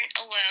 alone